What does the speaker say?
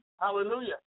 Hallelujah